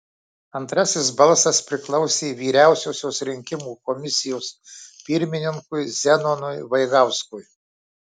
antrasis balsas priklausė vyriausiosios rinkimų komisijos pirmininkui zenonui vaigauskui